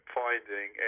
finding